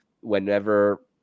whenever